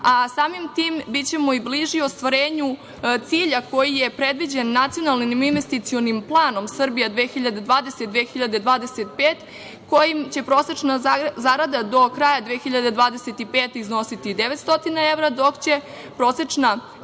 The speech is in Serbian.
a samim tim bićemo i bliži ostvarenju cilja koji je predviđen nacionalnim investicionim planom "Srbija 2020-2025" kojim će prosečna zarada do kraja 2025. godine iznositi 900 evra, dok će prosečna